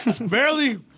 Barely